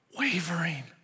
wavering